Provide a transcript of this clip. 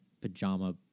pajama